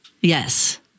yes